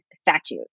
statute